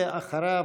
ואחריו,